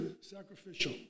sacrificial